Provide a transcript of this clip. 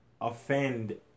Offend